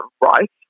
right